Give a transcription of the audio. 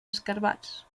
escarabats